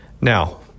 Now